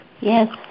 Yes